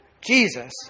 Jesus